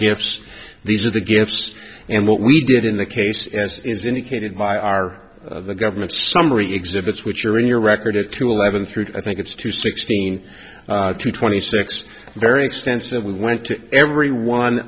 gifts these are the gifts and what we did in the case as indicated by our government summary exhibits which are in your record a two eleven three i think it's two sixteen to twenty six very expensive we went to every one